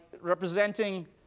representing